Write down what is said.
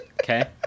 Okay